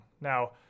Now